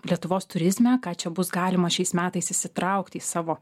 lietuvos turizme ką čia bus galima šiais metais įsitraukti į savo